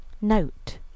Note